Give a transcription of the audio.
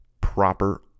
proper